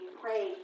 pray